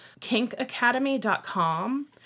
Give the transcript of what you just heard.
Kinkacademy.com